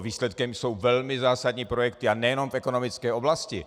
Výsledkem jsou velmi zásadní projekty, a nejenom v ekonomické oblasti.